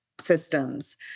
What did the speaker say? systems